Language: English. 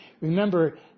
Remember